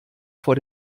vor